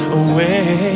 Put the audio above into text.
away